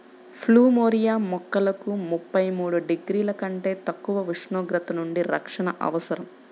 plumeria మొక్కలకు ముప్పై మూడు డిగ్రీల కంటే తక్కువ ఉష్ణోగ్రతల నుండి రక్షణ అవసరం